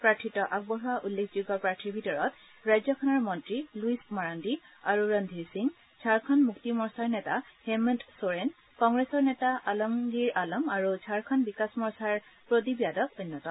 প্ৰাৰ্থিত্ব আগবঢ়োৱা উল্লেখযোগ্য প্ৰাৰ্থীৰ ভিতৰত ৰাজ্যখনৰ মন্ত্ৰী লুইচ মাৰাণ্ডী আৰু ৰণধীৰ সিং ঝাৰখণ্ড মূক্তি মৰ্চাৰ নেতা হেমন্ত চোৰেন কংগ্ৰেছৰ নেতা আলমগিৰ আলম আৰু ঝাৰখণ্ড বিকাশ মৰ্চাৰ প্ৰদীপ যাদৱ অন্যতম